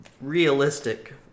realistic